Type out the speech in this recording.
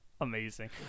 Amazing